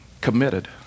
committed